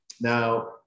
now